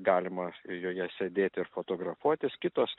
galima joje sėdėti ir fotografuotis kitos